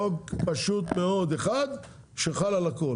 זה חוק פשוט מאוד אחד שחל על הכול.